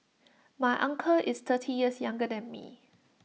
my uncle is thirty years younger than me